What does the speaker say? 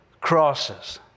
crosses